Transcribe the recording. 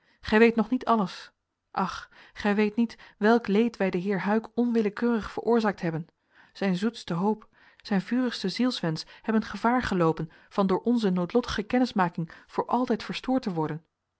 gij weet nog niet alles ach gij weet niet welk leed wij den heer huyck onwillekeurig veroorzaakt hebben zijn zoetste hoop zijn vurigste zielswensch hebben gevaar geloopen van door onze noodlottige kennismaking voor altijd verstoord te worden